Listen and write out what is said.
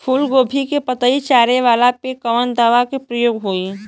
फूलगोभी के पतई चारे वाला पे कवन दवा के प्रयोग होई?